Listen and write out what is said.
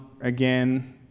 again